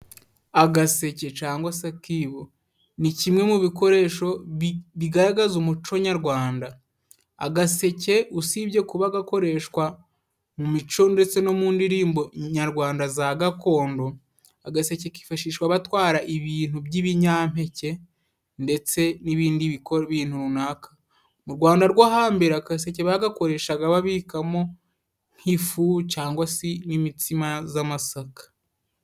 Agaseke cyangwa se akibo. Ni kimwe mu bikoresho bigaragaza umuco nyarwanda. Agaseke usibye kuba gakoreshwa mu mico ndetse no mu ndirimbo nyarwanda za gakondo, agaseke kifashishwa batwara ibintu by'ibinyampeke ndetse n'ibindi bintu runaka. Mu Rwanda rwo hambere, agaseke bagakoreshaga babikamo nk'ifu cyangwa se n'imitsima z'amasaka.